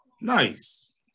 Nice